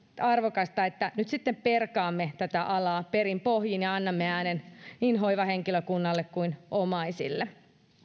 arvokasta että nyt sitten perkaamme tätä alaa perin pohjin ja annamme äänen niin hoivahenkilökunnalle kuin omaisille